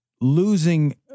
losing